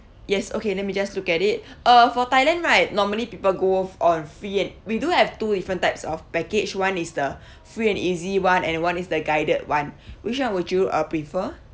yes okay let me just look at it uh for thailand right normally people go on free and we do have two different types of package one is the free and easy [one] and one is the guided [one] which one would you uh prefer